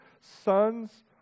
son's